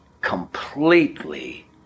completely